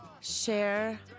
share